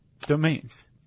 Domains